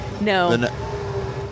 No